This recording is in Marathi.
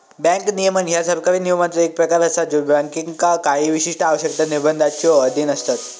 बँक नियमन ह्या सरकारी नियमांचो एक प्रकार असा ज्यो बँकांका काही विशिष्ट आवश्यकता, निर्बंधांच्यो अधीन असता